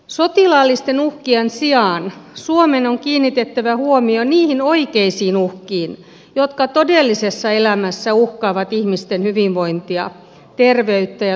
sotilaallisten uhkien sijaan suomen on kiinnitettävä huomio niihin oikeisiin uhkiin jotka todellisessa elämässä uhkaavat ihmisten hyvinvointia terveyttä ja turvallisuutta